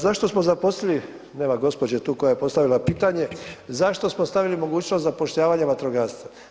Zašto smo zaposlili, nema gospođe tu koja je postavila pitanje, zašto smo stavili mogućnost zapošljavanja vatrogasca?